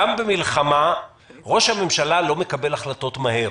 גם במלחמה ראש הממשלה לא מקבל החלטות מהר